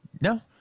No